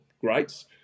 Greats